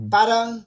Parang